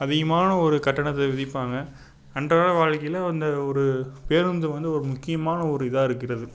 அதிகமான ஒரு கட்டணத்தை விதிப்பாங்க அன்றாட வாழ்க்கையில் வந்து ஒரு பேருந்து வந்து ஒரு முக்கியமான ஒரு இதாக இருக்கிறது